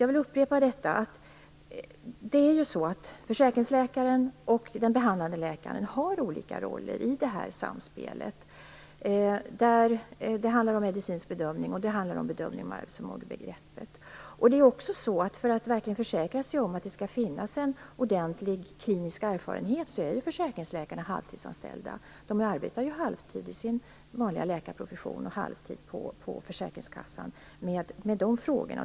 Jag vill upprepa att försäkringsläkaren och den behandlande läkaren har olika roller i det här samspelet. Det handlar om en medicinsk bedömning och om en bedömning av arbetsförmågebegreppet. För att verkligen försäkra sig om att det finns ordentlig klinisk erfarenhet är försäkringsläkarna halvtidsanställda. De arbetar ju halvtid i sin vanliga läkarprofession och halvtid på försäkringskassan med de här frågorna.